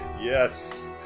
Yes